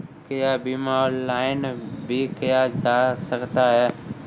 क्या बीमा ऑनलाइन भी किया जा सकता है?